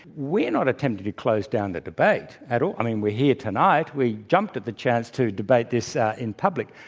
we are not attempting to close down the debate, at all. i mean, we're here tonight. we jumped at the chance to debate this in public.